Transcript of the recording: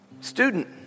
Student